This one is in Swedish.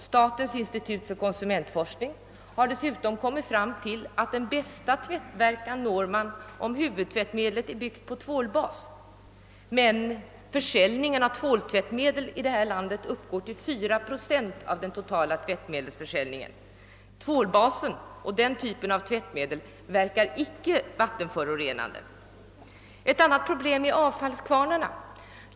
Statens institut för konsumentforskning har dessutom kommit fram till att bästa tvättverkan uppnås om huvudtvättmedlet är byggt på tvålbas, men försäljningen av tvåltvättmedel uppgår i det här landet bara till 4 procent av den totala tvättmedelsförsäljningen. Tvålbasen i tvättmedel verkar icke vattenförorenande. Ett annat problem är avfallskvarnarna.